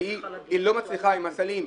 והיא לא מצליחה עם הסלים,